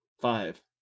Five